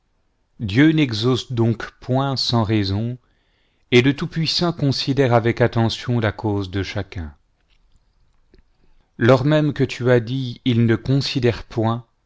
dieu n'exauce donc point sans raison et le tout-puissant considère avec attention la cause de chacun lors même que tu as dit il ne considère point